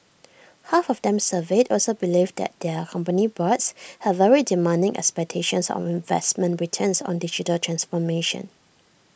half of them surveyed also believed that their company boards had very demanding expectations of investment returns on digital transformation